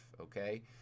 okay